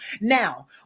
Now